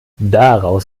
daraus